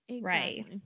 right